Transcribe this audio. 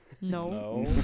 no